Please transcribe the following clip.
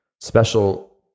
special